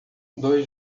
dois